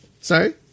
sorry